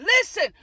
Listen